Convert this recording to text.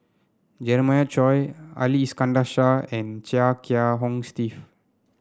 Jeremiah Choy Ali Iskandar Shah and Chia Kiah Hong Steve